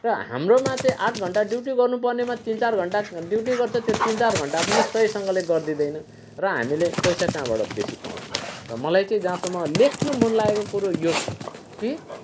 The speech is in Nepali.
र हाम्रोमा चाहिँ आठ घन्टा ड्युटी गर्नु पर्नेमा तिन चार घन्टा ड्युटी गर्छ त्यो तिन चार घन्टा पनि सहीसँगले गर्दिँदैन र हामीले पैसा कहाँबाट बेसी पाउँछौँ मलाई चाहिँ जहाँसम्म लेख्नु मन लागेको कुरा यो छ कि